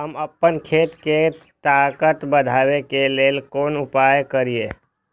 हम आपन खेत के ताकत बढ़ाय के लेल कोन उपाय करिए?